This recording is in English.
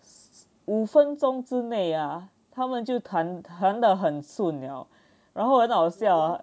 五分钟之内啊他们就谈谈得很顺了然后很好笑啊